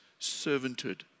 servanthood